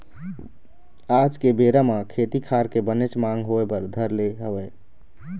आज के बेरा म खेती खार के बनेच मांग होय बर धर ले हवय